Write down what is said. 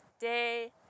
day